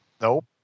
Nope